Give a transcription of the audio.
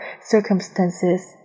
circumstances